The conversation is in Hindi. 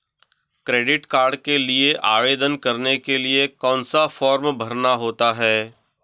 क्रेडिट कार्ड के लिए आवेदन करने के लिए कौन सा फॉर्म भरना होता है?